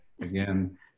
again